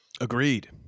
Agreed